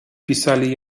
pisali